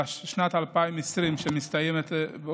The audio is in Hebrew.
בשנת 2020, שאו-טו-טו מסתיימת,